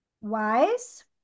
wise